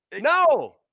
No